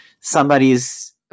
somebody's